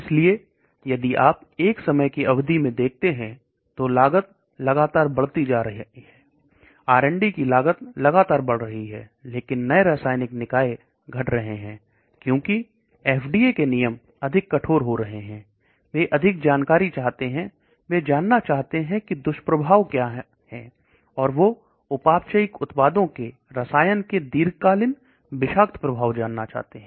इसलिए यदि आप एक समय की अवधि में देखते हैं तो लागत लगातार बढ़ती जा रही है आरएंडी की लागत लगातार बढ़ रही है लेकिन मैं रसायनिक निकाय घट रहे हैं क्योंकि एफडीए के नियम अधिक कठोर हो रहे हैं अधिक जानकारी चाहते हैं वे जानना चाहते हैं कि दुष्प्रभाव क्या क्या है और वह उपापचय उत्पादों रसायन के दीर्घकालीन विषाक्त प्रभाव जानना चाहते हैं